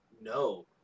No